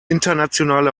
internationale